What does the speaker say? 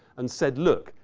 and said, look.